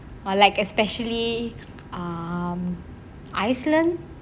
ah like especially um iceland